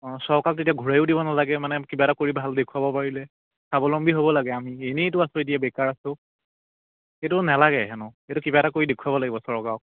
অঁ চৰকাৰক তেতিয়া ঘূৰায়ো দিব নালাগে মানে কিবা এটা কৰি ভাল দেখুৱাব পাৰিলে সাৱলম্বী হ'ব লাগে আমি এনেইতো আছোঁ এতিয়া বেকাৰ আছোঁ সেইটো নালাগে হেনো এইটো কিবা এটা কৰি দেখুৱাব লাগিব চৰকাৰক